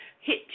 hit